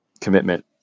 commitment